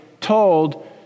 told